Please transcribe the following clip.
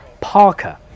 Parker